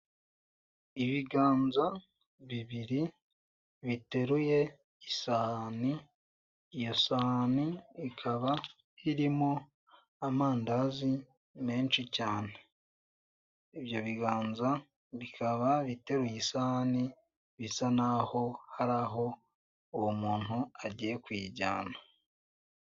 Ibiganza bibiri biteruye isahani, iyo sahani ikaba irimo amandazi menshi cyane. ibyo biganza bikaba biteruye isahani bisa naho hari aho uwo muntu agiye kuyijyana.